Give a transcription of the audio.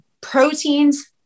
proteins